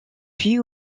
puis